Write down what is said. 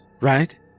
right